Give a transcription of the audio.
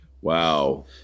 Wow